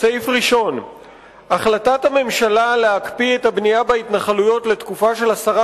1. החלטת הממשלה להקפיא את הבנייה בהתנחלויות לתקופה של עשרה